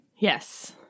Yes